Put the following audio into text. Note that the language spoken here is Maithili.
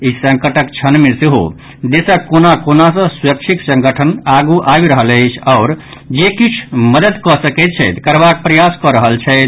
ई संकटक क्षण मे सेहो देशक कोना कोना सॅ स्वैच्छिक संगठन आगू आबि रहल अछि आओर जे किछु मददि कऽ सकैत छथि करबाक प्रयास कऽ रहल छथि